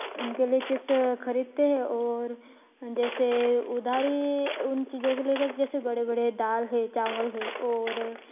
उनके लिए चिप्स खरीदते हैं और जैसे उधारी उन चीज़ों को लेकर जैसे बड़े बड़े दाल है चावल है और